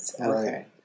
Okay